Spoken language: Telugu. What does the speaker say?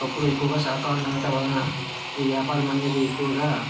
ఒకప్పుడు ఎక్కువగా శాకాహారులు ఉండటం వలన ఈ వ్యాపారం అనేది ఎక్కువగా